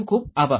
ખુબ ખુબ આભાર